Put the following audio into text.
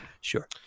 Sure